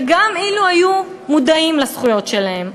וגם אילו היו מודעים לזכויות שלהם,